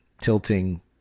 tilting